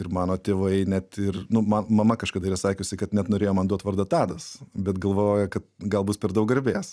ir mano tėvai net ir nu man mama kažkada yra sakiusi kad net norėjo man duot vardą tadas bet galvojo kad gal bus per daug garbės